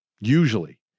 Usually